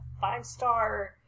five-star